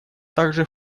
также